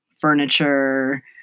furniture